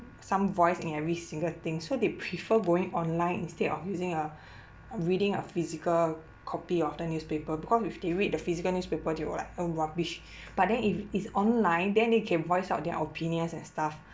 some voice in every single thing so they prefer going online instead of using a reading a physical copy of the newspaper because if they read the physical newspapers they will like uh rubbish but then if it's online then you can voice out their opinions and stuff